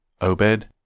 Obed